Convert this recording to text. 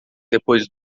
depois